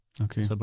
Okay